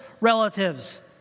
relatives